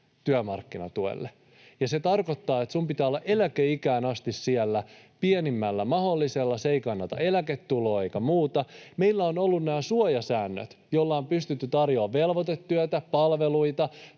työmarkkinatuelle, ja se tarkoittaa, että sinun pitää olla eläkeikään asti sillä pienimmällä mahdollisella. Se ei kerrytä eläketuloa eikä muuta. Meillä on ollut nämä suojasäännöt, joilla on pystytty tarjoamaan velvoitetyötä, palveluita